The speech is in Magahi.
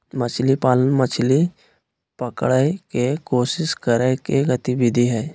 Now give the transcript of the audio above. मछली पालन, मछली पकड़य के कोशिश करय के गतिविधि हइ